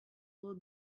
will